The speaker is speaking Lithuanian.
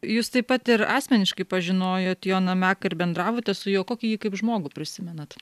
jus taip pat ir asmeniškai pažinojot joną meką ir bendravote su juo kokį jį kaip žmogų prisimenat